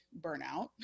burnout